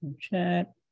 Chat